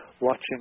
watching